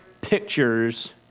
pictures